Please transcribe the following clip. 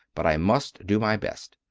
but i must do my best.